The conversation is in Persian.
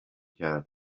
کرد